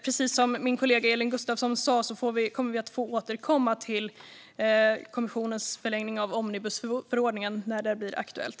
Precis som min kollega Elin Gustafsson sa kommer vi att få återkomma till kommissionens förslag om förlängning av omnibusförordningen när det blir aktuellt.